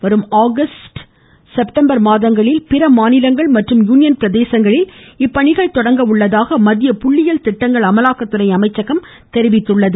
வரும் August September மாதங்களில் பிற மாநிலங்கள் மற்றும் யூனியன் பிரதேசங்களில் இப்பணிகள் தொடங்க உள்ளதாக மத்திய புள்ளியியல் திட்டங்கள் அமலாக்கத்துறை அமைச்சகம் தெரிவித்துள்ளது